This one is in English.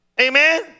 Amen